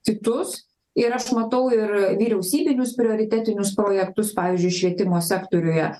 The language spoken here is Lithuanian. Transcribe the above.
kitus ir aš matau ir vyriausybinius prioritetinius projektus pavyzdžiui švietimo sektoriuje